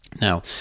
Now